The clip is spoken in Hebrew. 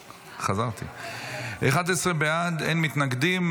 11 בעד, אין מתנגדים.